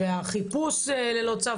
והחיפוש ללא צו,